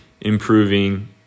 improving